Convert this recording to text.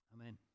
Amen